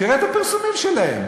תראה את הפרסומים שלהם.